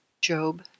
Job